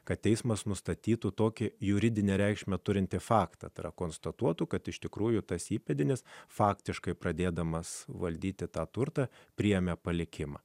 kad teismas nustatytų tokią juridinę reikšmę turintį faktą konstatuotų kad iš tikrųjų tas įpėdinis faktiškai pradėdamas valdyti tą turtą priėmė palikimą